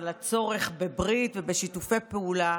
על הצורך בברית ובשיתופי פעולה.